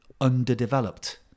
underdeveloped